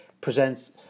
presents